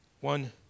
One